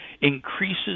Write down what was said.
increases